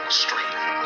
strength